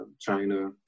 China